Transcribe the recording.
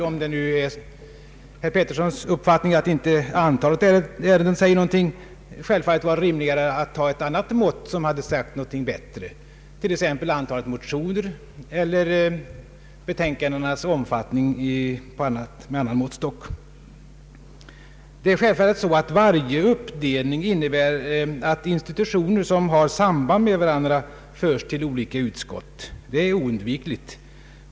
Om det nu är herr Petterssons uppfattning att antalet ärenden inte säger någonting, hade det väl varit rimligare att ha en annan måttstock, t.ex. antalet motioner eller betänkandenas omfattning. Varje uppdelning innebär självfallet att institutioner som har samband med varandra förs till olika utskott. Detta är oundvikligt.